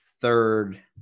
third